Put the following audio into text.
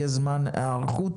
יהיה זמן היערכות.